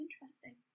interesting